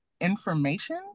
information